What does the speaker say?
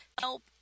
help